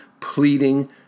pleading